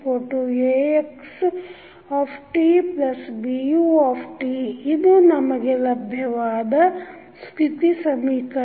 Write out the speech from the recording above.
dxdtAxtBut ಇದು ನಮಗೆ ಲಭ್ಯವಾದ ಸ್ಥಿತಿ ಸಮೀಕರಣ